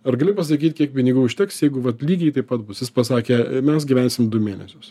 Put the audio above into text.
ar gali pasakyt kiek pinigų užteks jeigu vat lygiai taip pat bus jis pasakė mes gyvensim du mėnesius